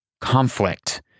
conflict